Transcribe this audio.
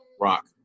Rock